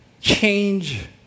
Change